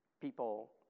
people